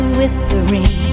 Whispering